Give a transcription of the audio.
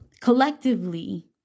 Collectively